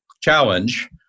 challenge